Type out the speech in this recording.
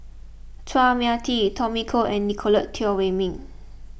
Chua Mia Tee Tommy Koh and Nicolette Teo Wei Min